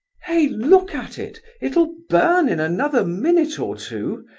hey! look at it, it'll burn in another minute or two!